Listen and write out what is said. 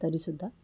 तरी सुद्धा